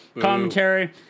Commentary